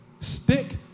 Stick